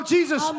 Jesus